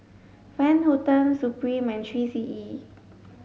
Van Houten Supreme and three C E